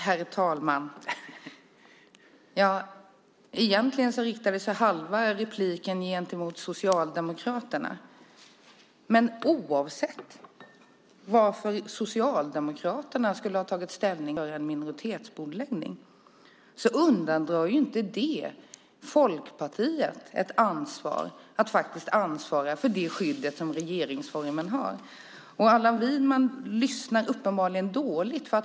Herr talman! Halva repliken riktade sig egentligen mot Socialdemokraterna. Oavsett varför Socialdemokraterna skulle ha tagit ställning för att göra en minoritetsbordläggning undandrar det inte Folkpartiet ett ansvar för det skydd som regeringsformen har. Allan Widman lyssnar uppenbarligen dåligt.